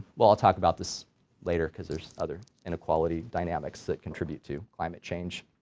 well i'll talk about this later cause there's other inequality dynamics that contribute to climate change